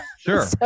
Sure